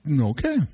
Okay